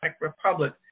republic